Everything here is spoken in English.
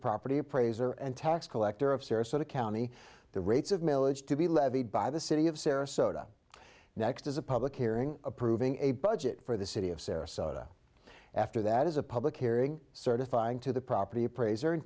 property appraiser and tax collector of sarasota county the rates of milage to be levied by the city of sarasota next is a public hearing approving a budget for the city of sarasota after that is a public hearing certifying to the property appraiser